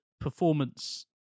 performance